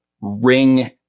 ring